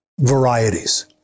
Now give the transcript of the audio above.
varieties